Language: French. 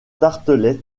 tartelett